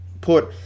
put